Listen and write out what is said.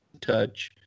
touch